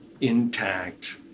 intact